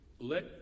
Let